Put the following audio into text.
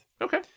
Okay